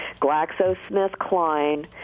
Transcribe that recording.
GlaxoSmithKline